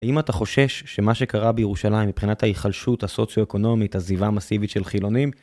האם אתה חושש שמה שקרה בירושלים מבחינת ההיחלשות הסוציו-אקונומית, עזיבה המסיבית של חילונים?